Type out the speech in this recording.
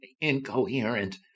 incoherent